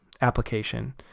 application